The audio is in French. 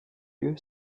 lieu